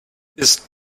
ist